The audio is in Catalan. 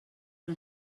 una